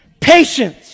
patience